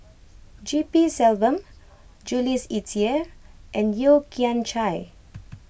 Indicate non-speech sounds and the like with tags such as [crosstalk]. G P Selvam Jules Itier and Yeo Kian Chai [noise]